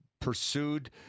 pursued